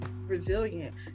resilient